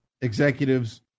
executives